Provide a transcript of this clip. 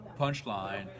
punchline